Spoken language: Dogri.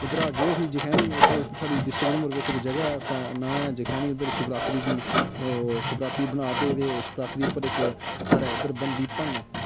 इद्धरा गे उठी जखैनी उ'त्थें साढ़ी डिस्ट्रिक्ट उधमपुर बिच इक जगह् ऐ उसदा नांऽ ऐ जखैनी उद्धर शिवरात्रि दी ओह् शिवरात्रि बना दे ते शिवरात्रि पर इक साढ़े इद्धर बनदी भंग्ग